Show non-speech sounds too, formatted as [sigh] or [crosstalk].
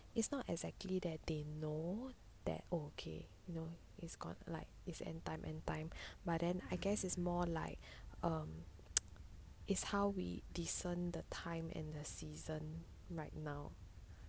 so it's not exactly that they know that okay no it's gone like his end time and time but then I guess is more like um [noise] it's how we discern the time and the season right now